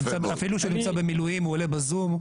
אפילו שהוא נמצא במילואים הוא עולה בזום,